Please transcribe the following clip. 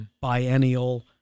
biennial